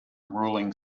ruling